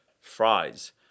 fries